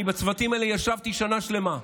אני ישבתי בצוותים האלה שנה שלמה,